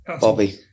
Bobby